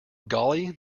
golly